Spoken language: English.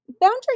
Boundary